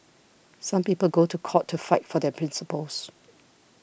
some people go to court to fight for their principles